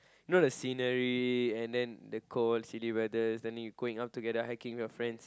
you know the scenery and then the cold city weather then you going up together hiking with your friends